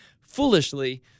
Foolishly